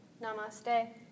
Namaste